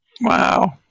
Wow